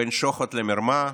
בין שוחד למרמה,